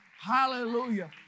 Hallelujah